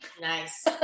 Nice